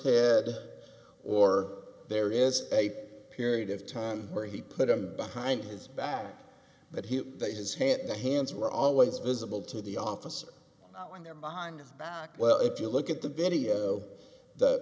head or there is a period of time where he put him behind his back but he takes his hand the hands were always visible to the officer when they're behind well if you look at the video that